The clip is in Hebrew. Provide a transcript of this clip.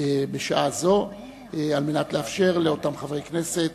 בשעה זו, על מנת לאפשר לאותם חברי כנסת